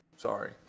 Sorry